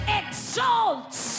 exalts